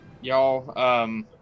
y'all